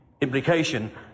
implication